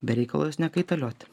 be reikalo jos nekaitalioti